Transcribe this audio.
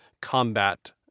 combat